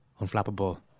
unflappable